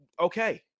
Okay